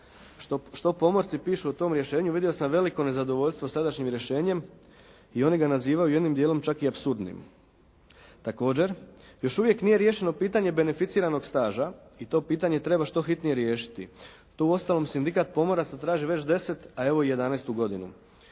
što pomorci pišu o tom rješenju vidio sam veliko nezadovoljstvo sadašnjim rješenjem, i oni ga nazivaju jednim dijelom čak i apsurdnim. Također, još uvijek nije riješeno pitanje beneficiranog staža i to pitanje treba što hitnije riješiti, to uostalom sindikat pomoraca traži već 10 a evo i 11-tu godinu.